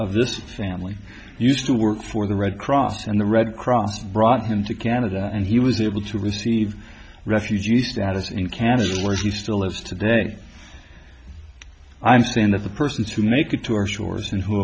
of this family used to work for the red cross and the red cross brought him to canada and he was able to receive refugee status in canada where he still is today i'm saying that the person to naked to our shores and who